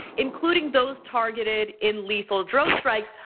including those targeted in lethal drone strikes.